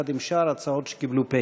יחד עם שאר ההצעות שקיבלו פ/.